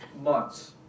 months